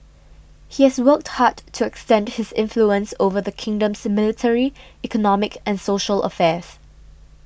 he has worked hard to extend his influence over the kingdom's military economic and social affairs